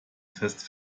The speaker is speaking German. fest